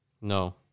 No